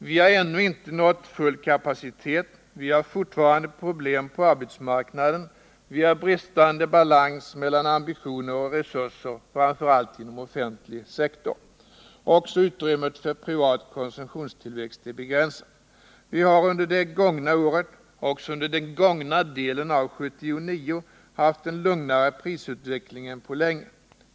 Vi har ännu inte nått full kapacitet, vi har fortfarande problem på arbetsmarknaden, vi har bristande balans mellan ambitioner och resurser, framför allt inom offentlig sektor. Också utrymmet för privat konsumtionstillväxt är begränsat. Vi har under det gångna året, också den gångna delen av 1979, haft en lugnare prisutveckling än på länge.